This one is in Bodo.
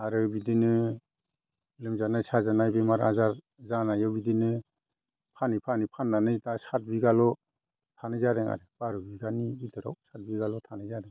आरो बिदिनो लोमजानाय साजानाय बेमार आजार जानायाव बिदिनो फानै फानै फाननानै दा सात बिगाल' थानाय जादों आरो बार' बिगानि बिथोराव साथ बिगाल' थानाय जादों